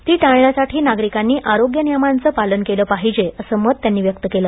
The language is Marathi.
ती टाळण्यासाठी नागरिकांनी आरोग्य नियमांचे पालन केले पाहिजे असे मत त्यांनी व्यक्त केले